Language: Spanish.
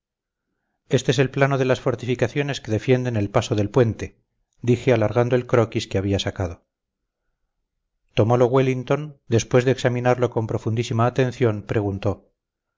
este es el plano de las fortificaciones que defienden el paso del puente dije alargando el croquis que había sacado tomolo wellington después de examinarlo con profundísima atención preguntó